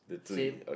same